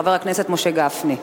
חבר הכנסת משה גפני.